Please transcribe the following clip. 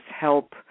help